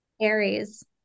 Aries